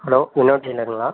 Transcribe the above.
hello Vinod டெய்லருங்களா